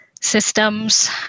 systems